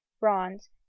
bronze